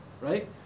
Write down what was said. right